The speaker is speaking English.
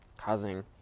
causing